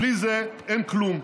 בלי זה אין כלום.